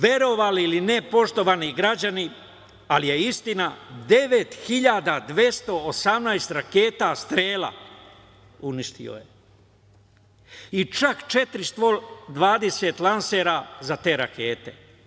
Verovali ili ne, poštovani građani, ali je istina - 9.218 raketa "Strela" on je uništio i čak 420 lansera za te rakete.